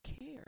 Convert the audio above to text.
care